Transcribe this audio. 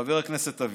חבר הכנסת אבידר,